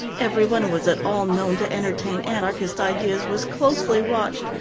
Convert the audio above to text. everyone who was at all known to entertain anarchist ideas was closely watched,